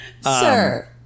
Sir